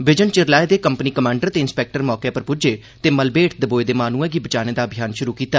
बिजन चिर लाए दे कम्पनी कमांडर ते इंस्पैक्टर मौके उप्पर पुज्ज ते मलबे हेठ दबोए दे माहनूए गी बचाने दा अभियान शुरू कीता